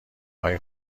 های